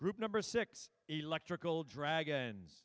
group number six electrical dragons